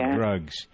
drugs